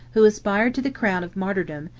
who aspired to the crown of martyrdom,